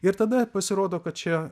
ir tada pasirodo kad čia